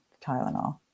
Tylenol